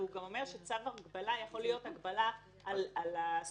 והוא גם אומר שצו הגבלה יכול להיות הגבלה על הזכויות,